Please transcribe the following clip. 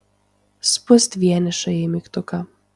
spust vienišąjį mygtuką